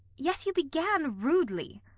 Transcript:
yet you began rudely.